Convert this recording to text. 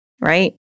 right